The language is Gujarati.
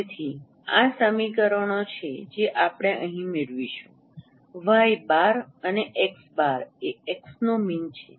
તેથી આ સમીકરણો છે જે આપણે અહીં મેળવીશું વાય બાર અને એક્સ બાર એ x નો મીન છે